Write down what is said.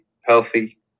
healthy